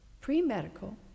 pre-medical